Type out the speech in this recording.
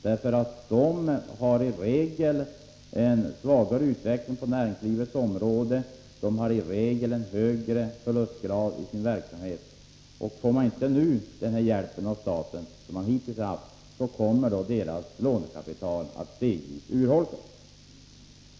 De har i regel en svagare utveckling på näringslivets område och i regel en högre förlustrisk i sin verksamhet. Får de inte den hjälp av staten som de hittills haft kommer deras lånekapital att stegvis urholkas.